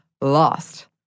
lost